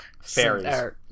fairies